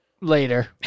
later